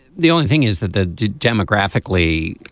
the only thing is that the demographically